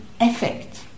effect